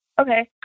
Okay